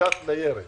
בדיקת ניירת